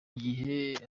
gihe